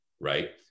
right